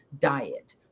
diet